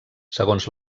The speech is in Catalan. segons